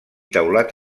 teulat